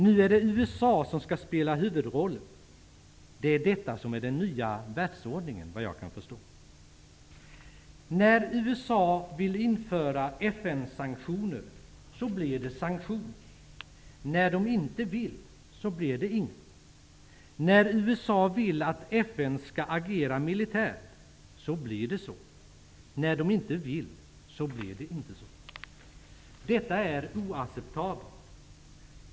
Nu är det USA som skall spela huvudrollen. Det är detta som är den nya världsordningen, såvitt jag kan förstå. När USA vill införa FN-sanktioner blir det sanktioner, när det inte vill blir det inga. När USA vill att FN skall agera militärt blir det så, när det inte vill blir det inte så. Detta är oacceptabelt.